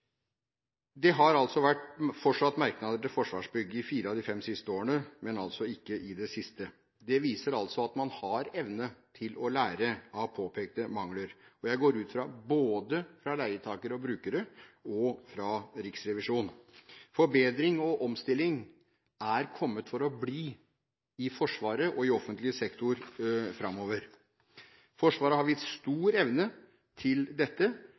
Det har fortsatt vært merknader til Forsvarsbygg i fire av de fem siste årene, men altså ikke i det siste. Det viser at man har evne til å lære av påpekte mangler – jeg går ut fra både fra leietakere og brukere og fra Riksrevisjonen. Forbedring og omstilling er kommet for å bli i Forsvaret og i offentlig sektor framover. Forsvaret har vist stor evne til dette